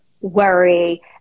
worry